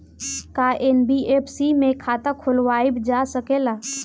का एन.बी.एफ.सी में खाता खोलवाईल जा सकेला?